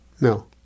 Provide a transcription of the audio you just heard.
No